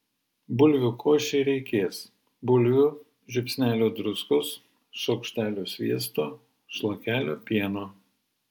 bulvių košei reikės bulvių žiupsnelio druskos šaukštelio sviesto šlakelio pieno